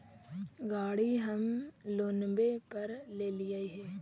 गाड़ी हम लोनवे पर लेलिऐ हे?